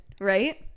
right